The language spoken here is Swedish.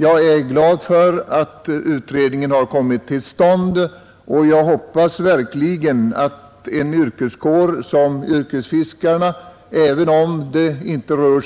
Jag är glad för att utredningen har kommit till stånd, och även om kåren av yrkesfiskare inte är så stor —